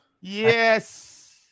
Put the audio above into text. Yes